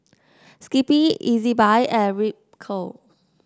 Skippy Ezbuy and Ripcurl